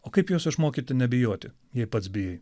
o kaip juos išmokyti nebijoti jei pats bijai